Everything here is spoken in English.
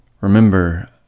Remember